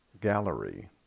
gallery